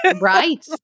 right